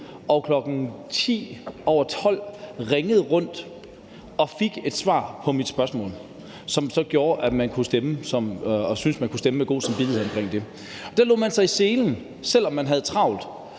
sig i selen og ringede rundt kl. 00.10 og fik et svar på mit spørgsmål, hvilket så gjorde, at vi syntes, at vi kunne stemme med god samvittighed omkring det. Der lagde man sig i selen, selv om man havde travlt,